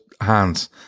hands